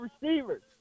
receivers